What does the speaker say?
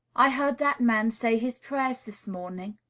i heard that man say his prayers this morning.